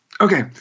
Okay